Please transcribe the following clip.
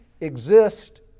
exist